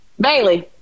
Bailey